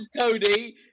Cody